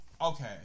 Okay